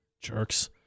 Jerks